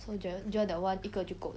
so join join that [one] 一个就够了